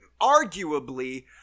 arguably